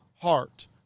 heart